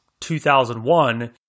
2001